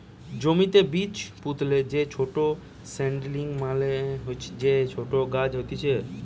জমিতে বীজ পুতলে যে ছোট সীডলিং মানে যে ছোট গাছ হতিছে